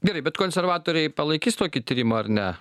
gerai bet konservatoriai palaikys tokį tyrimą ar ne